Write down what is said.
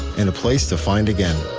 and a place to find again.